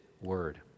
word